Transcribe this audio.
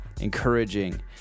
encouraging